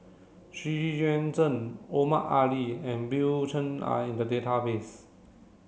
Xu Yuan Zhen Omar Ali and Bill Chen are in the database